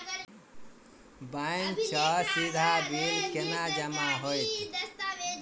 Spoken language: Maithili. बैंक सँ सीधा बिल केना जमा होइत?